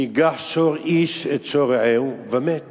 "כי יגח שור איש את שור רעהו ומת